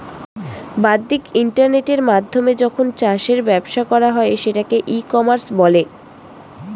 বাদ্দিক ইন্টারনেটের মাধ্যমে যখন চাষের ব্যবসা করা হয় সেটাকে ই কমার্স বলে